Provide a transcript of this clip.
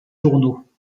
journaux